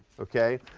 okay?